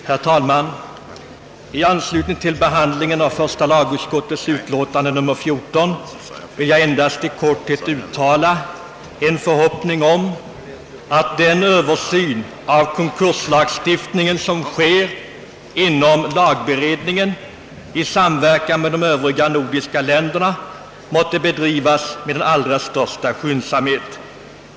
Herr talman! I anslutning till behandlingen av första lagutskottets utlåtande nr 14 vill jag endast i korthet uttala en förhoppning om att den översyn av konkurslagstiftningen som sker inom lagberedningen i samverkan med de övriga nordiska länderna måtte bedrivas med allra största skyndsamhet.